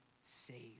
saved